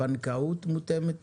בנקאית מותאמת אישית,